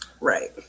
Right